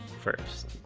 first